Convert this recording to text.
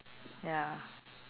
ya